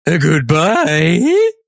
Goodbye